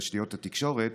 תשתיות התקשורת,